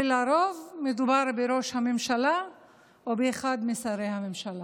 ולרוב מדובר בראש הממשלה או באחד משרי הממשלה.